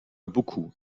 beaucoup